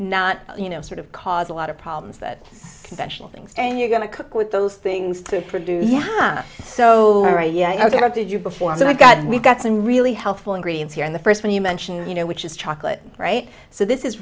not you know sort of cause a lot of problems that conventional things and you're going to cook with those things to produce yeah so yeah i wanted you before and i got we got some really helpful ingredients here in the first one you mentioned you know which is chocolate right so this is